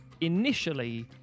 initially